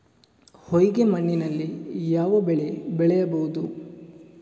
ಹೊಯ್ಗೆ ಮಣ್ಣಿನಲ್ಲಿ ಯಾವ ಬೆಳೆ ಬೆಳೆಯಬಹುದು?